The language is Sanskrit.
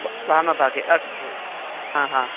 वामभागे अस्तु हा हा